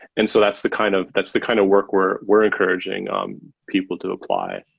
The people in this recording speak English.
and so that's the kind of that's the kind of work we're we're encouraging um people to apply,